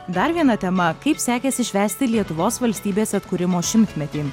dar viena tema kaip sekėsi švęsti lietuvos valstybės atkūrimo šimtmetį